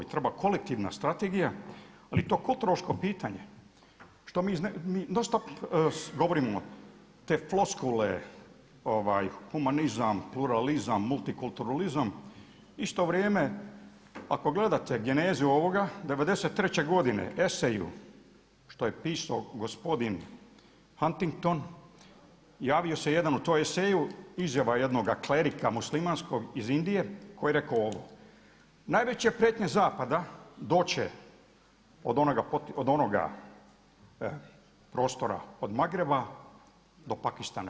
I treba kolektivna strategija ali je to kulturološko pitanje što mi non stop govorimo te floskule humanizam, pluralizam, multikulturalizam, isto vrijeme ako gledate genezu ovoga '93.godine eseju što je pisao gospodin Huntington javio se jedan u tom eseju, izjava jednog klerika muslimanskog iz Indije koji je rekao ovo, najveća prijetnja zapada doći će od onoga od Magreba do Pakistana.